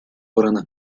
oranı